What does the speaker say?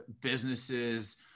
businesses